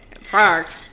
fuck